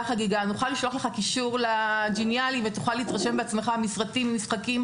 אני יכולה לשלוח לך קישור ותוכל להתרשם בעצמך: סרטים ומשחקים,